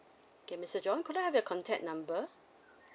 okay mister john could I have your contact number